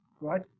right